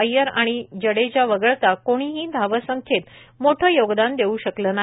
अय्यर आणि जडेजा वगळता कोणीही धाव संख्येत योगदान देऊ शकलं नाही